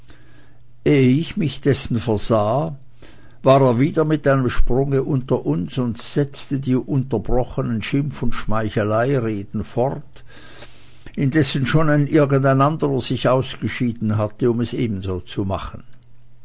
ich mich dessen versah war er wieder mit einem sprunge unter uns und setzte die unterbrochenen schimpf oder schmeichelreden fort indessen schon irgendein anderer sich ausgeschieden hatte um es ebenso zu machen